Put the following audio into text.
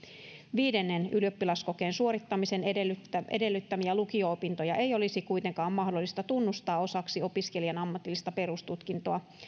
viidennen ylioppilaskokeen suorittamisen edellyttämiä edellyttämiä lukio opintoja ei olisi kuitenkaan mahdollista tunnustaa osaksi opiskelijan ammatillista perustutkintoa